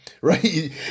right